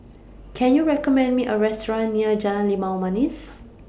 Can YOU recommend Me A Restaurant near Jalan Limau Manis